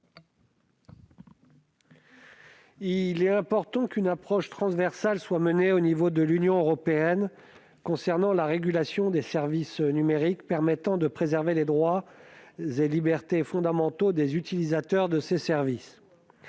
Il est important qu'une approche transversale soit adoptée au niveau de l'Union européenne concernant la régulation des services numériques, une approche permettant de préserver les droits et libertés fondamentaux des utilisateurs de ces services.